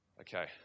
Okay